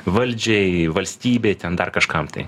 valdžiai valstybei ten dar kažkam tai